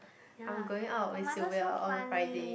I'm going out with Sylvia on Friday